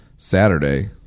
saturday